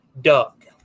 Doug